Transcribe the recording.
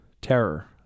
Terror